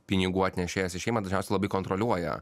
pinigų atnešėjas į šeimą dažniausiai labai kontroliuoja